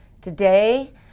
Today